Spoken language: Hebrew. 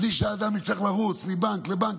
בלי שהאדם יצטרך לרוץ מבנק לבנק.